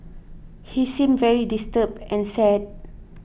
he seemed very disturbed and sad